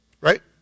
right